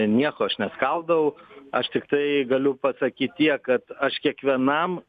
nieko aš neskaldau aš tiktai galiu pasakyt tiek kad aš kiekvienam